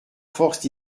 force